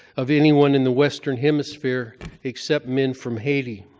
of anyone in the western hemisphere except men from haiti.